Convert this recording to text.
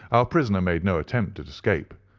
our prisoner made no attempt at escape,